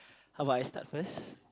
how about I start first